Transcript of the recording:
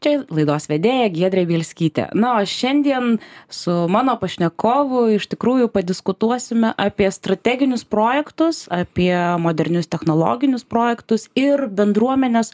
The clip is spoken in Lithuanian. čia laidos vedėja giedrė bielskytė na o šiandien su mano pašnekovu iš tikrųjų padiskutuosime apie strateginius projektus apie modernius technologinius projektus ir bendruomenes